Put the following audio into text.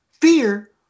fear